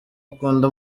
akunda